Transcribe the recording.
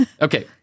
Okay